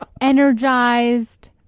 energized